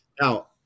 Now